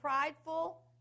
prideful